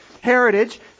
heritage